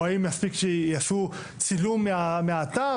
או האם מספיק שיעשו צילום מהאתר.